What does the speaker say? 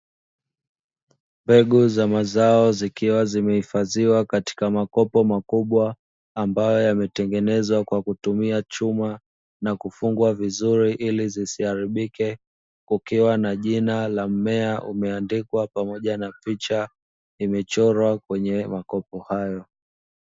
Mbegu za mazao zikiwa zimehifadhiwa katika makopo makubwa, ambayo yametengenezwa kwa kutumia chuma na kufungwa vizuri ili zisiharibike, kukiwa na jina la mmea limeandikwa pamoja na picha imechorwa kwenye makopo hayo.